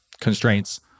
constraints